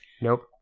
Nope